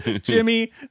jimmy